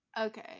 okay